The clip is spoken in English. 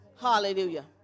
Hallelujah